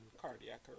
cardiac